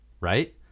Right